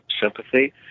sympathy